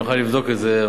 ואני מוכן לבדוק את זה,